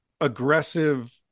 aggressive